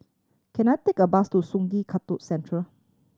can I take a bus to Sungei Kadut Central